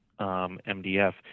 MDF